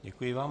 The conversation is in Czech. Děkuji vám.